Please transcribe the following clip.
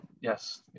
yes